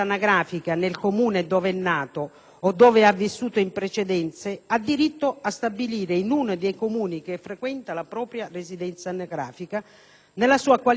o dove ha vissuto in precedenza, ha diritto a stabilire in uno dei Comuni che frequenta la propria residenza anagrafica nella sua qualità di persona senza fissa dimora.